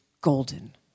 golden